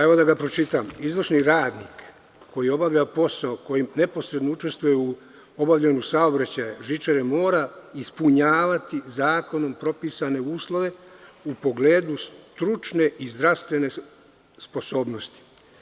Evo, da ga pročitam: „Izvršni radnik koji obavlja posao kojim neposredno učestvuje u obavljanju saobraćaja žičare mora ispunjavati zakonom propisane uslove u pogledu stručne i zdravstvene sposobnosti“